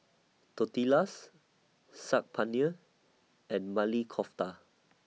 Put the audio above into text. Tortillas Saag Paneer and Maili Kofta